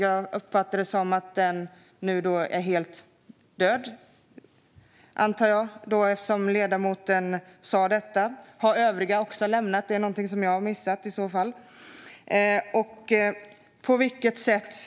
Jag uppfattar det som att den är helt död eftersom ledamoten sa så. Har övriga också lämnat överenskommelsen? Det har jag i så fall missat.